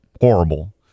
horrible